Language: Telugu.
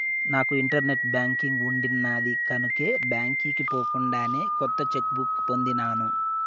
నాకు ఇంటర్నెట్ బాంకింగ్ ఉండిన్నాది కనుకే బాంకీకి పోకుండానే కొత్త చెక్ బుక్ పొందినాను